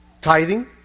tithing